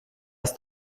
ist